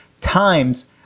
times